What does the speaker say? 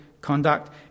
conduct